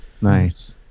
Nice